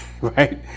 Right